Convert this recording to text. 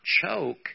choke